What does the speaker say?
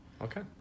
Okay